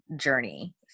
journey